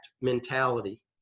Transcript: mentality